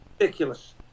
ridiculous